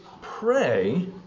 pray